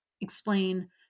explain